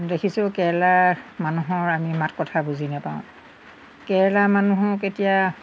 দেখিছোঁ কেৰেলাৰ মানুহৰ আমি মাত কথা বুজি নাপাওঁ কেৰেলাৰ মানুহক এতিয়া